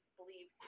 believe